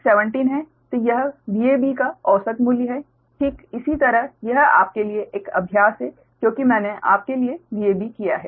तो यह Vab का औसत मूल्य है ठीक इसी तरह यह आपके लिए एक अभ्यास है क्योंकि मैंने आपके लिए Vab किया है